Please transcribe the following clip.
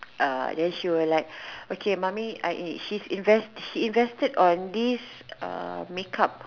uh then she will like okay mummy I she's invest she invested in this make up